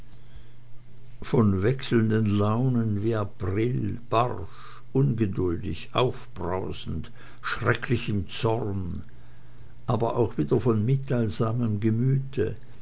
von wechselnden launen wie april harsch ungeduldig aufbrausend schrecklich im zorn aber auch wieder von mitteilsamem gemüte